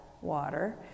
water